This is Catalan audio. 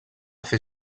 fer